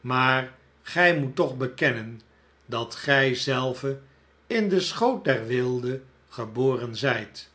maar gij moet toch bekennen dat gij zelve in den schoot der weelde geboren zijt